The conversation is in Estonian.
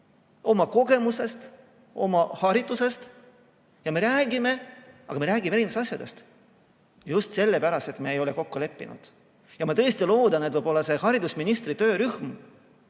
oma kogemusest, oma haridusest rääkimas. Ja me räägime, aga me räägime erinevatest asjadest – just sellepärast, et me ei ole kokku leppinud. Ma tõesti loodan, et see haridusministri töörühm,